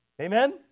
Amen